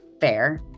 Fair